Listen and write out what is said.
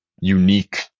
unique